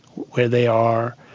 where they are,